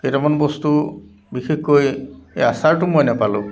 কেইটামান বস্তু বিশেষকৈ এই আচাৰটো মই নেপালোঁ